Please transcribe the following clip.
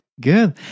Good